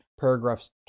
paragraphs